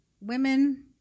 women